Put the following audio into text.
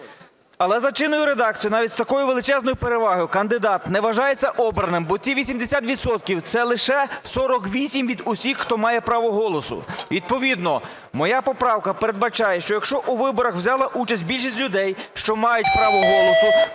Але за чинною редакцією навіть з такою величезною перевагою кандидат не вважається обраним, бо ці 80 відсотків – це лише 48 від усіх, хто має право голосу. Відповідно моя поправка передбачає, що якщо у виборах взяла участь більшість людей, що мають право голосу,